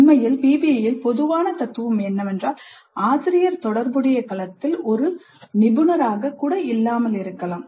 உண்மையில் PBIயில் பொதுவான தத்துவம் என்னவென்றால் ஆசிரியர் தொடர்புடைய களத்தில் ஒரு நிபுணராக கூட இல்லாமல் இருக்கலாம்